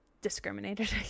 discriminated